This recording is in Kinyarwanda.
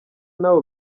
nawe